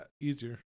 easier